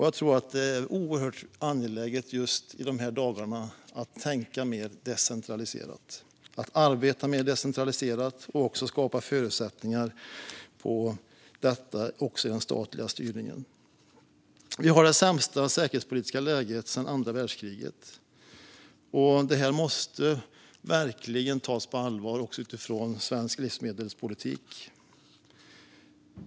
Jag tror att det är oerhört angeläget just i dessa dagar att tänka mer decentraliserat, att arbeta mer decentraliserat och att skapa förutsättningar för detta i den statliga styrningen. Vi har det sämsta säkerhetspolitiska läget sedan andra världskriget. Detta måste verkligen tas på allvar också när det gäller svensk livsmedelspolitik.